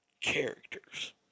characters